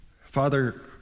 Father